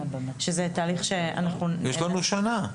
שזה תהליך שאנחנו --- יש לנו שנה.